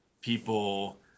People